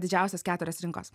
didžiausios keturios rinkos